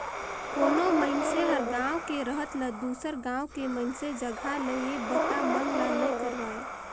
कोनो मइनसे हर गांव के रहत ल दुसर गांव के मइनसे जघा ले ये बता मन ला नइ करवाय